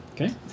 Okay